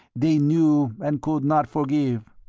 they knew and could not forgive.